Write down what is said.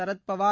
Sharad Pawar